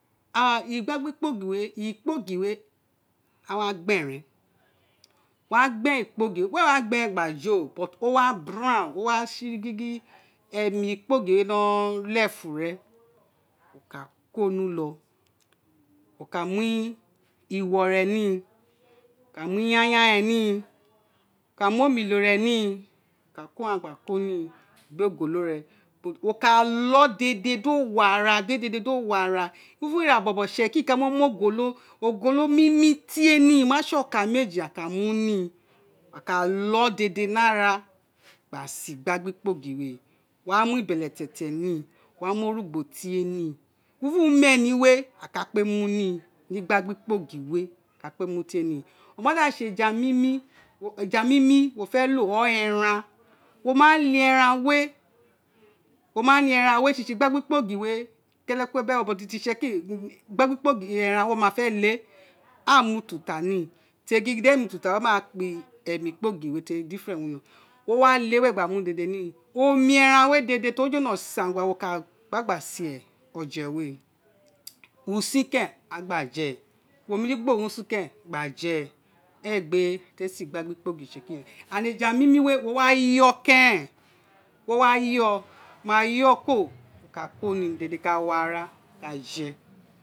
Igbagba kpogiri wé ikpogiri we ana gberen wo gberen kpogiri wéè wa gberen gba jo but o wa browon o wa sé gigi emi ikpogiri wé no ka mu iwo re ni wo ka yanya re ni wo ka mu omilo re níí wo ka ko ghan gba ko ni bo ogolo ne wo ka lo dede di o wa ara wo ka sé dédé do wo ara even aghan bobo itsekiri a ka mọ mu ogolo mimi tié ni oma okan meji a ka mu ni ino a ka lo dédé ni ara gba sé gbagba kposiri wé wa lo beletietie ni wa mu orugbo tieni even umeni wé a ka kpé mu ni gbagba kpogiri wé a ka mu tie ni o wa da sé eje mimi wa felo were eran wo ma lé eran wé sisi igbagba kpogiri wé kenetun bi toro sisi itsekiri wé we ma lé a mu ututa ni téri gin émi ututa wé má à kpa émi kpo gin wé téri difference wino wo wa lé were gba mu urun dedé ni omi eran wé dedé ti o jolo senga wo ka gba gba sé oje wé usin keren a gba je wo mi ni gba orusun gba je é buru ti ee si igbagba ikpogiri itsekiri wé and éja mimi wé owa yọ keren owa yóò ma yo kuro mo ka koni dede ka wo ara gba jẹ